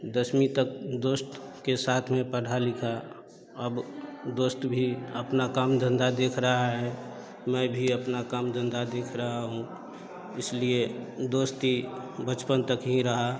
दसमी तक दोस्त के साथ में पढ़ा लिखा अब दोस्त भी अपना काम धंधा देख रहा है मैं भी अपना काम धंधा देख रहा हूँ इसलिए दोस्ती बचपन तक ही रहा